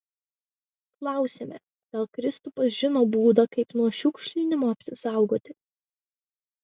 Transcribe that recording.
klausiame gal kristupas žino būdą kaip nuo šiukšlinimo apsisaugoti